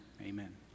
Amen